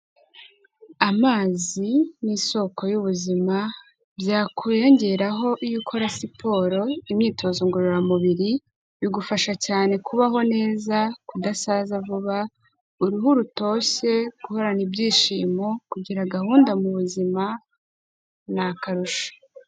Amazi ni isoko y'ubuzima byakwiyongeraho iyo ukora siporo imyitozo ngororamubiri, bigufasha cyane kubaho neza, kudasaza vuba, uruhu rutoshye, guhorana ibyishimo, kugira gahunda mu buzima, ni akarusho.